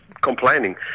complaining